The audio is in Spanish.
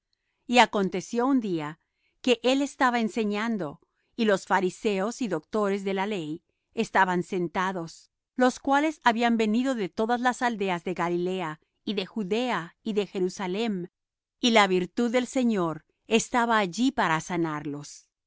y aconteció un día que él estaba enseñando y los fariseos y doctores de la ley estaban sentados los cuales habían venido de todas las aldeas de galilea y de judea y jerusalem y la virtud del señor estaba allí para sanarlos